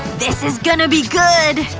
this is gonna be good!